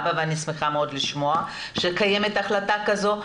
בה ואני שמחה מאוד לשמוע שקיימת החלטה כזו,